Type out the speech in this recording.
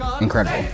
incredible